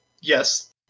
yes